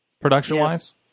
production-wise